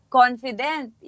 confident